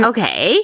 Okay